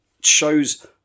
shows